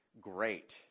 Great